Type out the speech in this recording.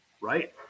right